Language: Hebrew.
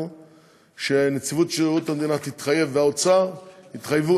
שנציבות שירות המדינה והאוצר יתחייבו,